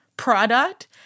product